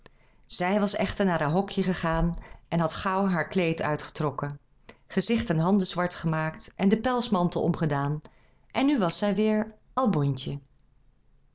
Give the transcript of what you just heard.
zij was echter naar haar hokje gegaan en had gauw haar kleed uitgetrokken gezicht en handen zwart gemaakt en den pelsmantel omgedaan en nu was zij weêr albontje